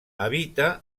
habita